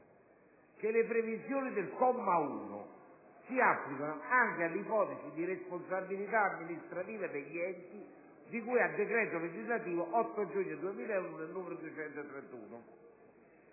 che "le previsioni del comma 1 si applicano anche alle ipotesi di responsabilità amministrativa degli enti di cui al decreto legislativo 8 giugno 2001, n. 231".